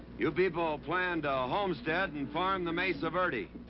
you people planned a homestead and farmed the mesa verde.